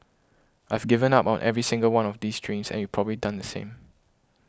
I've given up on every single one of these dreams and you've probably done the same